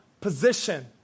position